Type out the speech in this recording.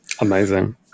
Amazing